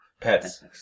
pets